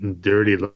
Dirty